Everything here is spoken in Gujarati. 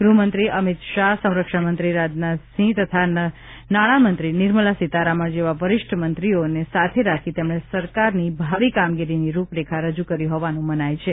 ગૃહમંત્રી અમિત શાહ સંરક્ષણ મંત્રી રાજનાથસિંહ તથા નાણામંત્રી નિર્મલા સીતારમણ જેવા વરિષ્ઠ મંત્રીઓને સાથે રાખી તેમણે સરકારની ભાવિ કામગીરીની રૂપરેખા રજૂ કરી હોવાનું મનાય છે